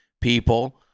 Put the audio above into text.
people